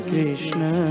Krishna